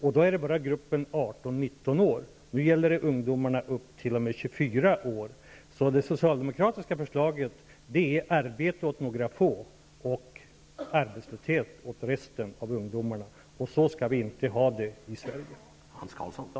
Detta gällde bara gruppen ungdomar på 18--19 år, men vårt förslag gäller ungdomar upp till 24 år. Det socialdemokratiska förslaget innebär alltså arbete åt några få och arbetslöshet åt resten av ungdomarna. Så skall vi inte ha det i Sverige.